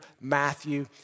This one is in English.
Matthew